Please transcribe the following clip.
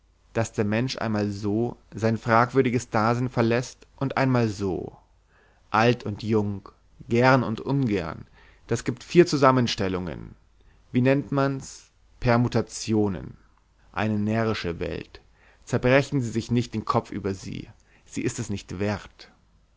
daß der mensch einmal so sein fragwürdiges dasein verläßt und einmal so alt und jung gern und ungern das gibt vier zusammenstellungen wie nennt man's permutationen eine närrische welt zerbrechen sie sich nicht den kopf über sie sie ist es nicht wert